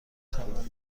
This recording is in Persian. تمام